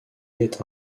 est